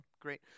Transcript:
Great